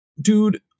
dude